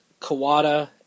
Kawada